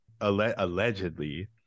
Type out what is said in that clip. Allegedly